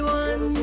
one